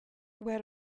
where